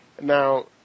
Now